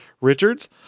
Richard's